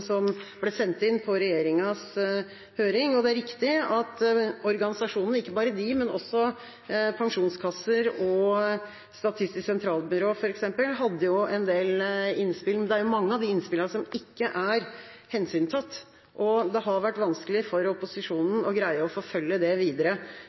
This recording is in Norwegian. som ble sendt inn til regjeringas høring, og det er riktig at organisasjonene, og ikke bare de, men også pensjonskasser og Statistisk sentralbyrå, f.eks., hadde en del innspill. Men det er mange av de innspillene som ikke er hensyntatt, og det har vært vanskelig for